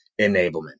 enablement